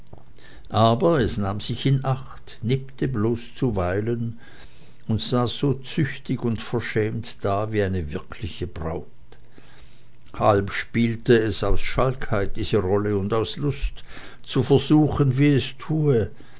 aber es nahm sich in acht nippte bloß zuweilen und saß so züchtig und verschämt da wie eine wirkliche braut halb spielte es aus schalkheit diese rolle und aus lust zu versuchen wie es tue